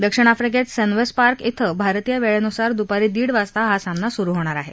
दक्षिण आफ्रिकेत Senwes Park इथं भारतीय वैळेनुसार दुपारी दीड वाजता हा सामना सुरू होणार आहे